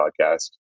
podcast